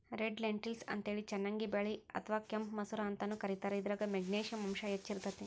red lentils ಅಂತೇಳಿ ಚನ್ನಂಗಿ ಬ್ಯಾಳಿ ಅತ್ವಾ ಕೆಂಪ್ ಮಸೂರ ಅಂತಾನೂ ಕರೇತಾರ, ಇದ್ರಾಗ ಮೆಗ್ನಿಶಿಯಂ ಅಂಶ ಹೆಚ್ಚ್ ಇರ್ತೇತಿ